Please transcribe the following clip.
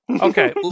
Okay